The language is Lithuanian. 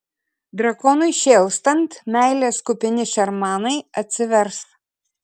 drakonui šėlstant meilės kupini šermanai atsivers